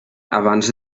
abans